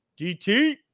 DT